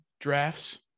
drafts